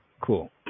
cool